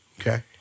Okay